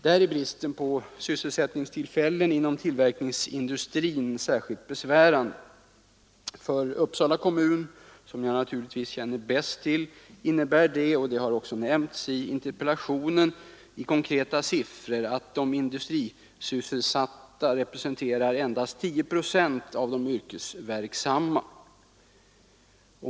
Där är bristen på sysselsättningstillfällen inom tillverkningsindustrin särskilt besvärande. För Uppsala kommun, som jag naturligtvis känner bäst till, innebär det i konkreta siffror att de industrisysselsatta representerar endast 10 procent av de yrkesverksamma människorna.